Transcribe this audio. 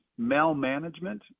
malmanagement